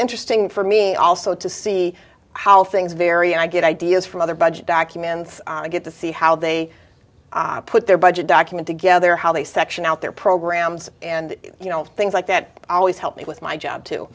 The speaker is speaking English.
interesting for me also to see how things vary i get ideas from other budget documents i get to see how they put their budget document together how they section out their programs and you know things like that always help me with my job too